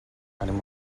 anem